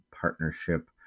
partnership